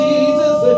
Jesus